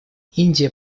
индия